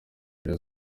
rayon